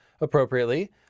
Appropriately